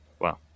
Wow